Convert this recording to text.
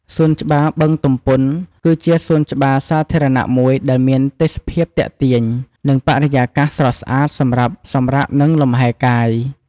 សួនច្បារបឹងទំពុន គឺជាសួនច្បារសាធារណៈមួយដែលមានទេសភាពទាក់ទាញ និងបរិយាកាសស្រស់ស្អាតសម្រាប់សម្រាក និងលំហែកាយ។